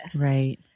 right